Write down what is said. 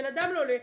בן אדם לא עונה,